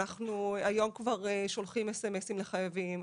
אנחנו היום כבר שולחים סמסים לחייבים,